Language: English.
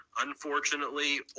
Unfortunately